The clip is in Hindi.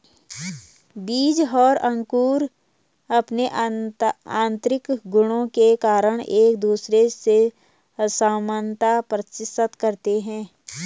बीज और अंकुर अंपने आतंरिक गुणों के कारण एक दूसरे से असामनता प्रदर्शित करते हैं